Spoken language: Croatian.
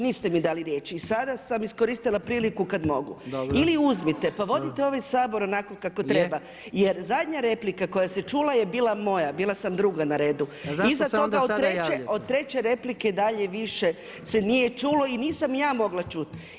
Niste mi dali riječ i sada sam iskoristila priliku kad mogu [[Upadica predsjednik: Dobro.]] Ili uzmite pa vodite ovaj Sabor onako kako treba, jer zadnja replika koja se čula je bila moja, bila sam druga na redu [[Upadica predsjednik: A zašto se onda sada javljate?]] Od treće replike dalje više se nije čulo i nisam ja mogla čuti.